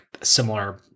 similar